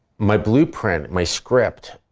my blueprint, my script,